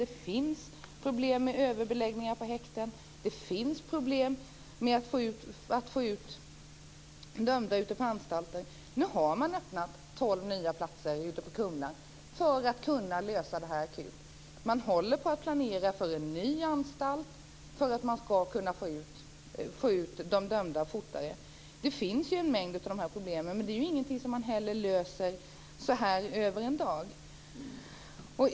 Det finns problem med överbeläggningar på häkten. Det finns problem med att få ut dömda till anstalter. Nu har man öppnat tolv nya platser ute på Kumla för att kunna lösa det här akut. Man håller på att planera för en ny anstalt för att man ska kunna få ut de dömda fortare. En mängd av de här problemen finns, men det här är ju inte någonting som man löser över en dag.